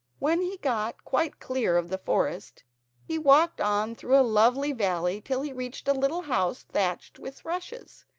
when he got quite clear of the forest he walked on through a lovely valley till he reached a little house thatched with rushes,